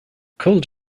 cold